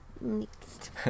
Next